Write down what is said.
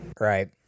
Right